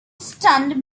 stunned